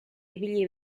ibili